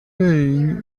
saying